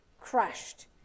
crushed